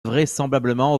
vraisemblablement